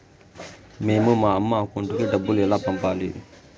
మేము మా అమ్మ అకౌంట్ కి డబ్బులు ఎలా పంపాలి